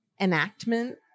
enactment